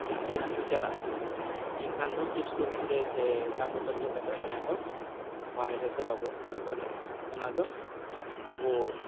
ᱡᱟᱦᱟᱸ ᱛᱮᱜᱮ ᱵᱚᱱ ᱪᱟᱞᱟᱜᱼᱟ ᱮᱱᱠᱷᱟᱱ ᱫᱚ ᱪᱤᱯᱥ ᱠᱩᱨᱠᱩᱨᱮ ᱥᱮ ᱫᱟᱜ ᱵᱳᱛᱚᱞ ᱧᱩ ᱠᱟᱛᱮᱫ ᱚᱱᱟᱫᱚ ᱵᱟᱦᱨᱮ ᱥᱮᱫ ᱫᱚ ᱵᱟᱵᱚ ᱪᱟᱯᱟᱫᱟ ᱚᱱᱟᱫᱚ ᱟᱵᱚ